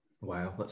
Wow